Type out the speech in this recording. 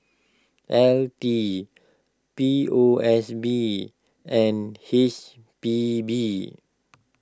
L T P O S B and H P B